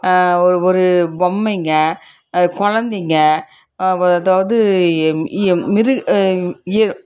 ஒரு ஒரு பொம்மைங்கள் குழந்தைங்க அதாவது மிரு இ